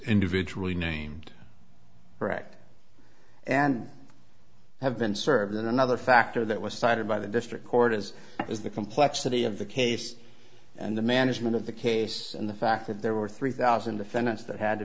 individually named direct and have been served another factor that was cited by the district court as is the complexity of the case and the management of the case and the fact that there were three thousand defendants that had to